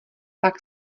pak